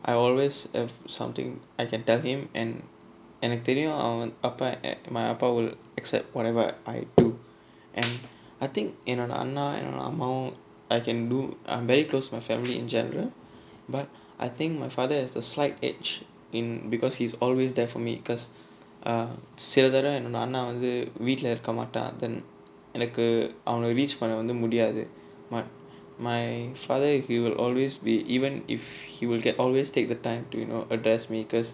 I always have something I can tell him and எனக்கு தெரியும் அவன் அப்ப:enakku theriyum avan appa my அப்பா:appa will accept whatever I do and I think என்னோட அண்ணா என்னோட அம்மாவும்:ennoda anna ennoda ammavum I can do I'm very close to my family in general but I think my father has a slight edge in because he's always there for me because சில தடவ என்னோட அண்ணா வந்து வீட்டுல இருக்க மாட்டான் எனக்கு அவன:sila thadava ennoda anna vanthu veetula irukka maattaan enakku avana reach பண்ண வந்து முடியாது:panna vanthu mudiyaathu but my father he will always be even if he will get always take the time to you know address me